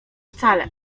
wcale